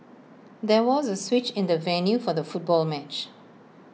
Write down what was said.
there was A switch in the venue for the football match